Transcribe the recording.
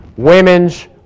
women's